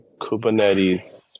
Kubernetes